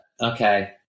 Okay